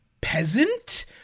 peasant